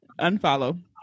Unfollow